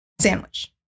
Sandwich